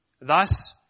Thus